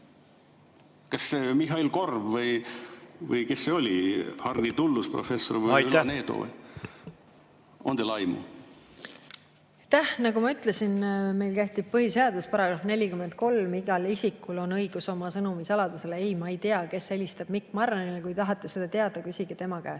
Kas Mihhail Korb või kes see oli, Hardi Tullus, professor, või Ülo Needo? On teil aimu? Aitäh! Nagu ma ütlesin, meil kehtib põhiseaduse § 43: igal isikul on õigus oma sõnumite saladusele. Ei, ma ei tea, kes helistas Mikk Marranile. Kui tahate seda teada, küsige tema käest.